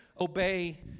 obey